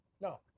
No